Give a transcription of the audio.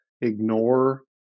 ignore